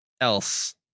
else